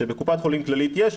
שבקופת חולים כללית יש,